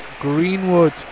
Greenwood